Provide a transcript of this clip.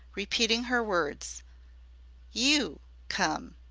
repeating her words you come.